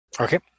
Okay